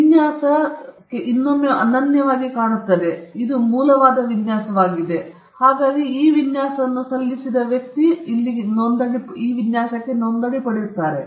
ವಿನ್ಯಾಸ ಮತ್ತೊಮ್ಮೆ ವಿನ್ಯಾಸ ಅನನ್ಯವಾಗಿ ಕಾಣುತ್ತದೆ ಇದು ಮೂಲವಾಗಿದೆ ಮತ್ತು ನೀವು ಆ ವಿನ್ಯಾಸವನ್ನು ಸಲ್ಲಿಸಿದ ಮೊದಲ ವ್ಯಕ್ತಿ ಇದು ನೋಂದಣಿ ಪಡೆಯುತ್ತದೆ